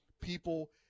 people